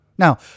Now